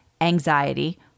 anxiety